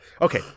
Okay